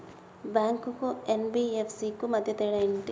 Bank కు NBFC కు మధ్య తేడా ఏమిటి?